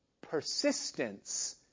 persistence